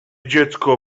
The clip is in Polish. dziecko